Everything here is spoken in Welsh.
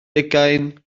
deugain